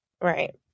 Right